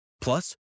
Plus